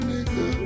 Nigga